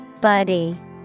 Buddy